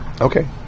Okay